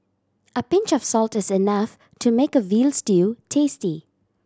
a pinch of salt is enough to make a veal stew tasty